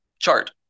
chart